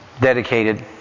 dedicated